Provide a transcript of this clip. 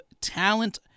talent